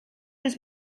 his